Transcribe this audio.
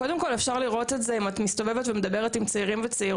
קודם כל אפשר לראות את זה אם את מסתובבת ומדברת עם צעירים וצעירות